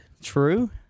True